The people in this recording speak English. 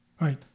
right